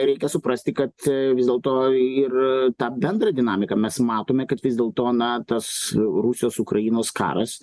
reikia suprasti kad vis dėlto ir tą bendrą dinamiką mes matome kad vis dėlto na tas rusijos ukrainos karas